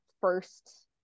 first